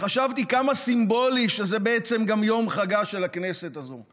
וחשבתי כמה סימבולי שזה בעצם גם יום חגה של הכנסת הזו,